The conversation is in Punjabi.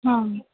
ਹਾਂ